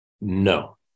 No